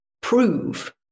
prove